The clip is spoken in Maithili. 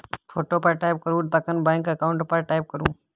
फोटो पर टैप करु तखन बैंक अकाउंट पर टैप करु